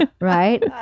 Right